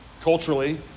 culturally